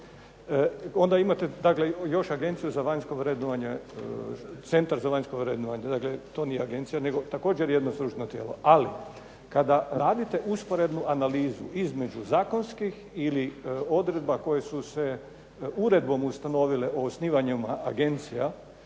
one bave obrazovanje i još imate Agenciju za vanjsko vrednovanje, to nije agencija također jedno stručno tijelo. Ali kada radite usporednu analizu između zakonskih ili odredba koje su se uredbom ustanovile o osnivanju agencija,